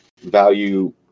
value